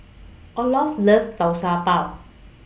Olof loves Tau Pau